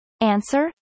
Answer